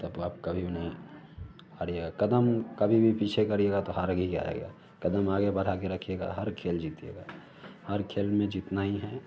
तब आप कभी भी नहीं हारिएगा कदम कभी भी पीछे करिएगा तो हारकर ही आएगा कदम आगे बढ़ाकर रखिएगा हर खेल जीतिएगा हर खेल में जीतना ही है